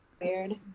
weird